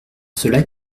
cela